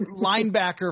linebacker